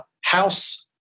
House